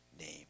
name